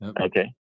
Okay